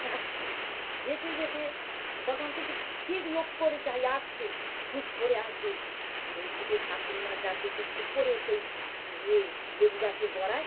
যাচ্ছে যেতে যেতে গোপাল ভাঁড় কিন্তু ঠিক লক্ষ্য করেছে এই আসছে চুপ করে আছে আর ওই দিকে শাশুড়ি মা যাচ্ছে টুকটুক করে সেই এ লেবু গাছের গোড়ায়